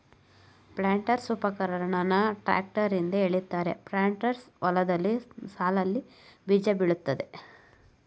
ಪ್ಲಾಂಟರ್ಸ್ಉಪಕರಣನ tractor ಹಿಂದೆ ಎಳಿತಾರೆ planters ಹೊಲ್ದಲ್ಲಿ ಸಾಲ್ನಲ್ಲಿ ಬೀಜಬಿತ್ತುತ್ತೆ